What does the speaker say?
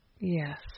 Yes